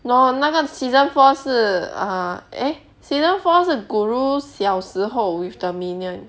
no 那个 season four 是 err eh season four 是 guru 小时候 with the minion